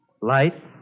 light